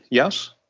yes?